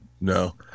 no